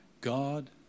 God